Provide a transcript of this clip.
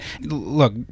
Look